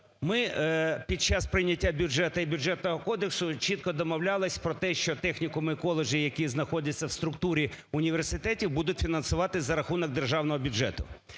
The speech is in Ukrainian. ми підчас прийняття бюджету і Бюджетного кодексу чітко домовлялися про те, що технікуми і коледжі, які знаходяться в структурі університетів, будуть фінансуватися за рахунок державного бюджету.